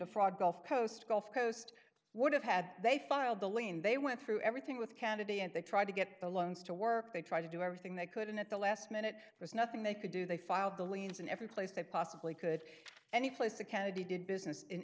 defraud gulf coast gulf coast would have had they filed the lean they went through everything with canada and they tried to get the loans to work they try to do everything they could and at the last minute there's nothing they could do they filed the liens in every place they possibly could any place a kennedy did business in